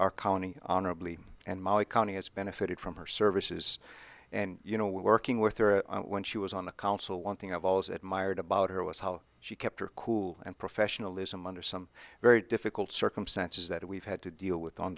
our county honorably and mollie county has benefited from her services and you know working with her when she was on the council one thing i've always admired about her was how she kept her cool and professionalism under some very difficult circumstances that we've had to deal with on